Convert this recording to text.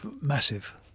massive